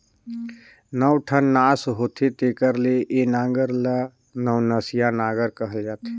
नौ ठन नास होथे तेकर ले ए नांगर ल नवनसिया नागर कहल जाथे